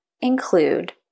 include